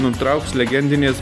nutrauks legendinės